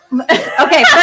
Okay